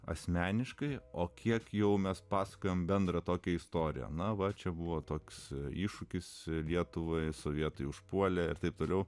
asmeniškai o kiek jau mes pasakojame bendrą tokią istoriją na va čia buvo toks iššūkis lietuvoje sovietai užpuolė ir taip toliau